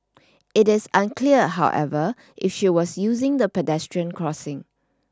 it is unclear however if she was using the pedestrian crossing